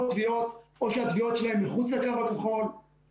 תביעות או שהתביעות להן מחוץ לקו הכחול,